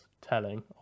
telling